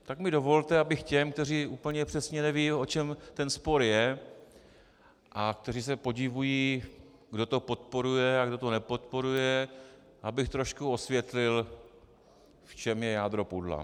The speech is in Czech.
Tak mi dovolte, abych těm, kteří úplně přesně nevědí, o čem ten spor je, a kteří se podivují, kdo to podporuje a kdo to nepodporuje, abych trošku osvětlil, v čem je jádro pudla.